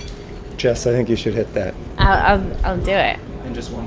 jess, i think you should hit that i'll um do it in just one